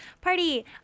Party